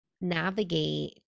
navigate